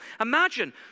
Imagine